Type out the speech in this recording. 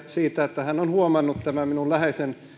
siitä että hän on huomannut minun läheisen